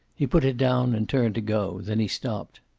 he put it down, and turned to go. then he stopped.